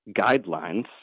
guidelines